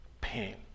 pain